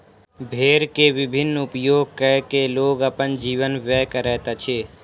भेड़ के विभिन्न उपयोग कय के लोग अपन जीवन व्यय करैत अछि